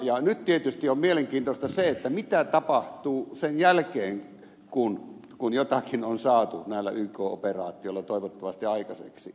nyt tietysti on mielenkiintoista se mitä tapahtuu sen jälkeen kun jotakin on saatu näillä yk operaatioilla toivottavasti aikaiseksi